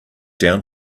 down